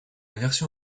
version